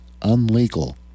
unlegal